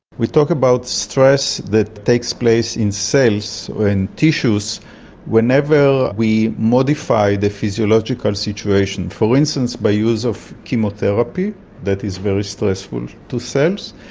we talk about stress that takes place in cells or in tissues whenever we modify the physiological situation. for instance, by use of chemotherapy that is very stressful to cells,